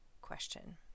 question